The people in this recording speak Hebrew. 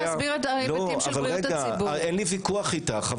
אבל אין לי ויכוח איתך,